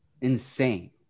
insane